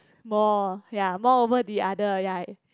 more ya more over the other ya